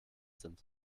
sind